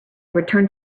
returned